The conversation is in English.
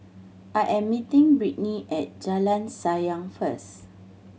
I am meeting Brittny at Jalan Sayang first